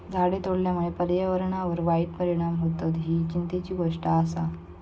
झाडे तोडल्यामुळे पर्यावरणावर वाईट परिणाम होतत, ही चिंतेची गोष्ट आसा